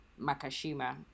Makashima